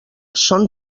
són